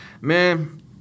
man